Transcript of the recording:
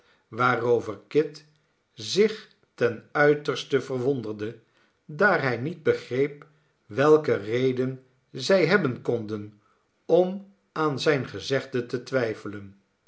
waarover kit zich ten uiterste verwonderde daar hij niet begreep welke reden zij hebben konden om aan zijn gezegdete twijfelen